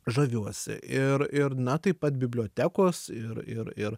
žaviuosi ir ir na taip pat bibliotekos ir ir ir